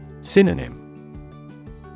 Synonym